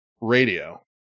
radio